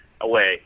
away